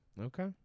Okay